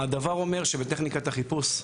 הדבר אומר שבטכניקת החיפוש,